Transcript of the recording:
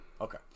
Okay